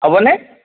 হ'বনে